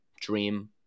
dream